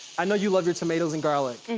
i know you love your tomatoes and garlic.